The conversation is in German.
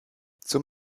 zum